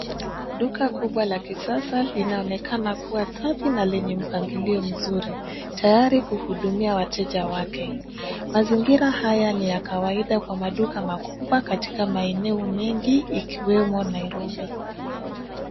Duka kubwa la kisasa linaonekana kuwa safi na lenye mpangilio mzuri, tayari kuhudumia wateja wake. Mazingira haya ni ya kawaida kwa maduka makubwa katika maeneo mengi ikiwemo Nairobi.